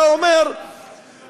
אתה אומר ככה,